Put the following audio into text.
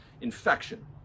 infection